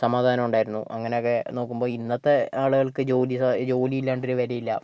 സമാധാനം ഉണ്ടായിരുന്നു അങ്ങനെയൊക്കെ നോക്കുമ്പോൾ ഇന്നത്തെ ആളുകൾക്ക് ജോലിസാ ജോലി ഇല്ലാണ്ടൊരു വിലയില്ല